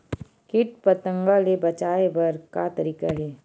कीट पंतगा ले बचाय बर का तरीका हे?